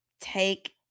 take